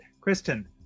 Kristen